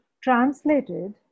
translated